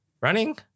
running